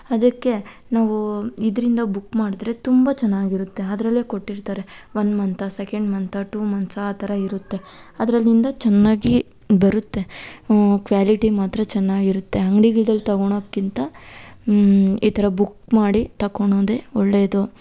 ಅದಕ್ಕೆ ನಾವು ಇದರಿಂದ ಬುಕ್ ಮಾಡಿದ್ರೆ ತುಂಬ ಚೆನ್ನಾಗಿರತ್ತೆ ಅದರಲ್ಲೇ ಕೊಟ್ಟಿರ್ತಾರೆ ಒಂದು ಮಂತಾ ಸೆಕೆಂಡ್ ಮಂತಾ ಟೂ ಮಂತ್ಸಾ ಆ ಥರ ಇರುತ್ತೆ ಅದರಲ್ಲಿಂದ ಚೆನ್ನಾಗಿ ಬರುತ್ತೆ ಕ್ವ್ಯಾಲಿಟಿ ಮಾತ್ರ ಚೆನ್ನಾಗಿ ಇರುತ್ತೆ ಅಂಗ್ಡಿಗಳಲ್ಲಿ ತಗೋಳಕ್ಕಿಂತ ಈ ಥರ ಬುಕ್ ಮಾಡಿ ತಕೊಳೋದೆ ಒಳ್ಳೆಯದು